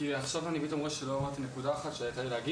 יש לי עוד נקודה אחת לומר.